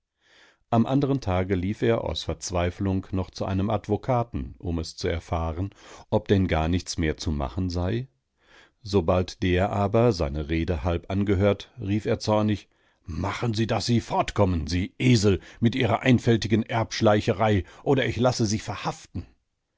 am andern tage lief er aus verzweiflung noch zu einem advokaten um zu erfahren ob denn gar nichts mehr zu machen sei sobald der aber seine rede halb angehört rief er zornig machen sie daß sie fortkommen sie esel mit ihrer einfältigen erbschleicherei oder ich lasse sie verhaften